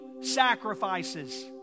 sacrifices